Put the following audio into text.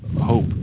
hope